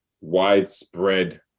widespread